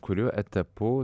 kuriuo etapu